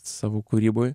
savo kūryboj